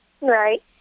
Right